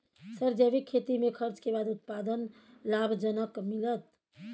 Sir जैविक खेती में खर्च के बाद उत्पादन लाभ जनक मिलत?